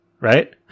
right